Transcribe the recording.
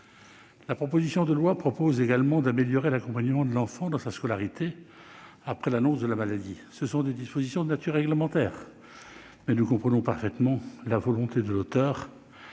La proposition de loi prévoit également d'améliorer l'accompagnement de l'enfant dans sa scolarité après l'annonce de sa maladie. Ce sont des dispositions de nature réglementaire, mais nous comprenons parfaitement la volonté de l'auteure